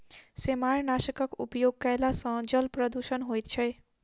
सेमारनाशकक उपयोग करला सॅ जल प्रदूषण होइत छै